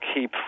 keep